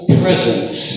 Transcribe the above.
presence